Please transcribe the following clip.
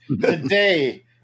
Today